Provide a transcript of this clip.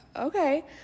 okay